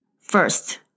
First